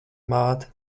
māte